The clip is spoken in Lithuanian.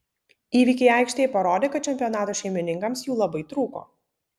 įvykiai aikštėje parodė kad čempionato šeimininkams jų labai trūko